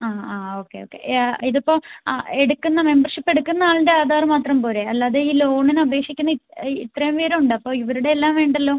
ആ ആ okay okay yeah ഇതിപ്പം ആ എടുക്കുന്ന മെമ്പർഷിപ്പ് എടുക്കുന്ന ആളുടെ ആധാറ് മാത്രം പോരെ അല്ലാതെ ഈ ലോണിന് അപേക്ഷിക്കുന്ന ആ ഇത്രയും പേര് ഉണ്ട് അപ്പോൾ ഇവരുടെ എല്ലാം വേണ്ടല്ലോ